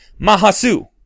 Mahasu